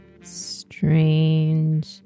Strange